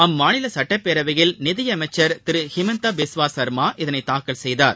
அம்மாநில சுட்டப்பேரவையில் நிதி அமைச்சர் திரு ஹிமன்தா பிஸ்வா சர்மா இதனை தாக்கல் செய்தார்